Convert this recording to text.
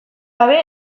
gabe